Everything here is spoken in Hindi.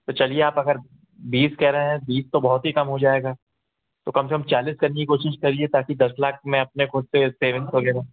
तो चलिए आप अगर बीस कहे रहे हैं बीस तो बहुत ही कम हो जाएगा तो कम से कम चालीस करने की कोशिश करिए ताकि दस लाख मैं अपने खुद पे सेविंग्स खोल ले रहा हूँ